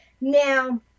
Now